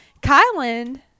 Kylan